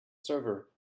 server